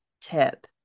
tip